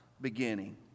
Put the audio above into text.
beginning